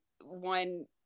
one